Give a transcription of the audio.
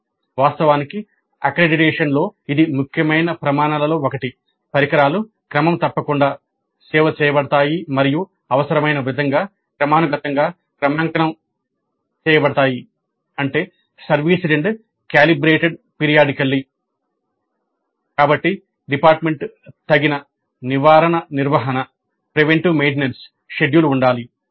" వాస్తవానికి అక్రిడిటేషన్లో ఇది ముఖ్యమైన ప్రమాణాలలో ఒకటి పరికరాలు క్రమం తప్పకుండా సేవ చేయబడతాయి మరియు అవసరమైన విధంగా క్రమానుగతంగా క్రమాంకనం షెడ్యూల్ ఉండాలి